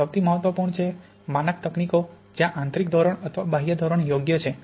સૌથી મહત્વપૂર્ણ છે માનક તકનીકો જ્યાં આંતરિક ધોરણ અથવા બાહ્ય ધોરણ યોગ્ય છે